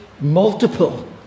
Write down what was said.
multiple